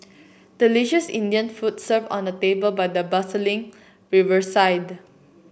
delicious Indian foods served on a table by the bustling riverside